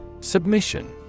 Submission